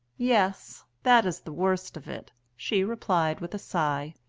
yes, that is the worst of it, she replied, with a sigh.